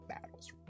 battles